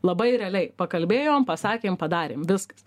labai realiai pakalbėjom pasakėm padarėm viskas